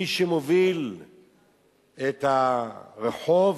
מי שמוביל את הרחוב,